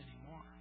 anymore